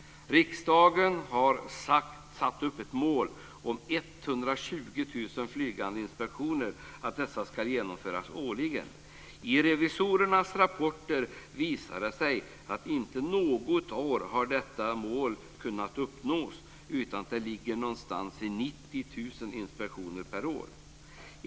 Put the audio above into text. Riksdagen har satt upp ett mål om att 120 000 flygande inspektioner ska genomföras årligen. I revisorernas rapporter visar det sig att detta mål inte har kunnat uppnås något år, utan att nivån ligger någonstans vid 90 000 inspektioner per år.